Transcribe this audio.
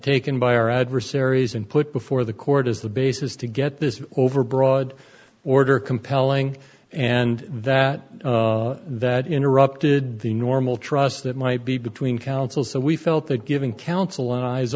taken by our adversaries and put before the court as the basis to get this overbroad order compelling and that that interrupted the normal trust that might be between counsel so we felt that giving counsel and eyes